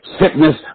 sickness